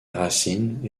racines